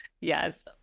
Yes